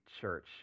church